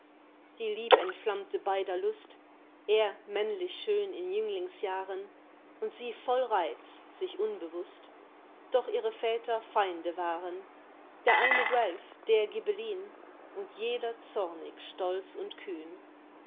die lieb entflammte beider lust er männlich schön in jünglingsjahren und sie voll reiz sich unbewußt doch ihre väter feinde waren der eine guelf der ghibellin und jeder zornig stolz und kühn